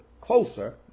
closer